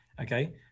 Okay